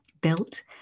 built